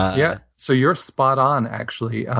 yeah. so you're spot on, actually,